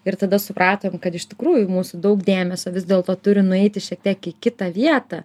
ir tada supratom kad iš tikrųjų mūsų daug dėmesio vis dėlto turi nueiti šiek tiek į kitą vietą